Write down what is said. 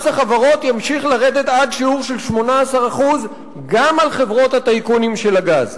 מס החברות ימשיך לרדת עד שיעור של 18% גם על חברות הטייקונים של הגז.